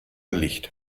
licht